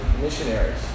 missionaries